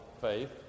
faith